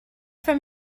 from